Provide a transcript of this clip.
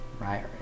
right